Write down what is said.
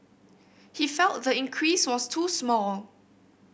he felt the increase was too small